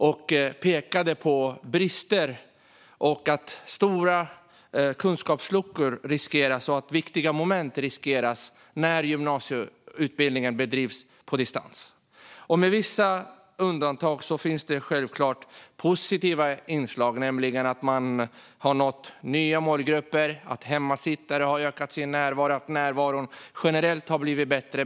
Man pekade på brister, på risker för stora kunskapsluckor och på att viktiga moment riskeras när gymnasieutbildningen bedrivs på distans. Det finns självklart positiva inslag, till exempel att man har nått nya målgrupper, att hemmasittare har ökat sin närvaro och att närvaron generellt har blivit bättre.